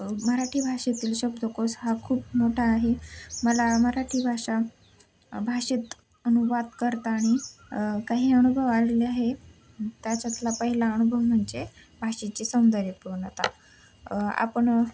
मराठी भाषेतील शब्दकोश हा खूप मोठा आहे मला मराठी भाषा भाषेत अनुवाद करताना काही अनुभव आलेले आहे त्याच्यातला पहिला अनुभव म्हणजे भाषेचे सौंदर्यपूर्णता आपण